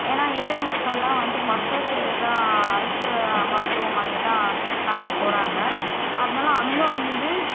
ஏன்னா ஏழை மக்களெலாம் வந்து மருத்துவ சேவை தான் அரசு மருத்துவமனையை தான் நாடி போறாங்கள் அதனால் அங்கே வந்து